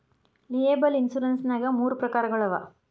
liable insurance ನ್ಯಾಗ್ ಮೂರ ಪ್ರಕಾರಗಳವ